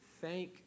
thank